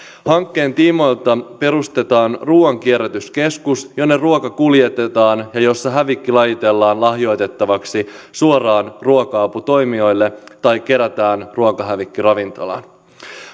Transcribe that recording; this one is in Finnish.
hankkeen tiimoilta perustetaan ruuan kierrätyskeskus jonne ruoka kuljetetaan ja jossa hävikki lajitellaan lahjoitettavaksi suoraan ruoka aputoimijoille tai kerätään ruokahävikkiravintolaan